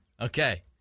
Okay